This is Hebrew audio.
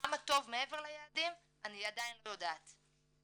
כמה טוב מעבר ליעדים, אני עדיין לא יודעת.